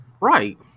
Right